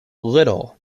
little